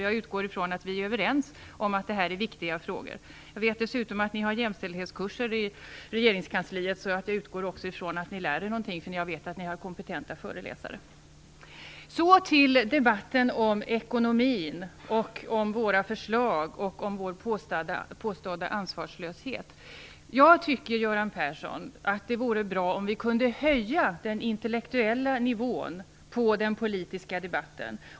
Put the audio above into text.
Jag utgår från att vi är överens om att detta är viktiga frågor. Jag vet dessutom att ni har jämställdhetskurser i regeringskansliet. Jag utgår därför från att ni lär er någonting, för jag vet att ni har kompetenta föreläsare. Så till debatten om ekonomin, om våra förslag och om vår påstådda ansvarslöshet. Jag tycker, Göran Persson, att det vore bra om vi kunde höja den intellektuella nivån på den politiska debatten.